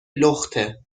لخته